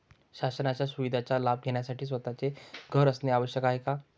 शासनाच्या सुविधांचा लाभ घेण्यासाठी स्वतःचे घर असणे आवश्यक आहे का?